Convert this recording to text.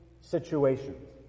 situations